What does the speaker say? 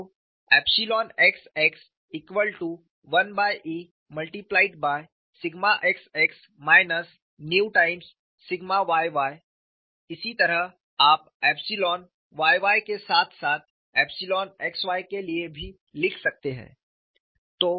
तो xx1Exx yy इसी तरह आप एप्सिलॉन y y के साथ साथ एप्सिलॉन x y के लिए भी लिख सकते हैं